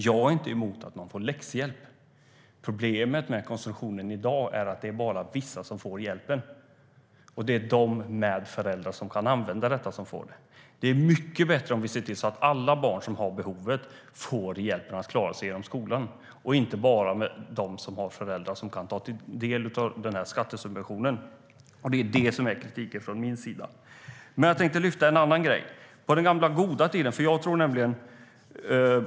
Jag är inte emot att man får läxhjälp. Problemet med konstruktionen i dag är att det bara är vissa som får hjälpen, och det är de som har föräldrar som kan använda detta avdrag. Det vore mycket bättre att se till att alla barn som har behovet får hjälp med att klara sig genom skolan och inte bara de som har föräldrar som kan ta del av den här skattesubventionen. Det är det som är kritiken från min sida. Jag tänkte lyfta upp en annan grej.